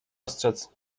ostrzec